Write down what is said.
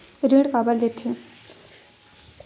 ऋण काबर लेथे?